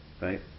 right